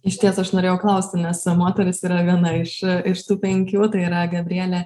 išties aš norėjau klausti nes moteris yra viena iš iš tų penkių tai yra gabrielė